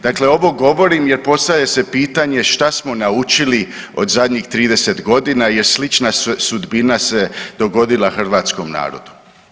Dakle ovo govorim jer postavlja se pitanje šta smo naučili od zadnjih 30 godina jer slična sudbina se dogodila hrvatskom narodu.